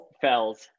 Fells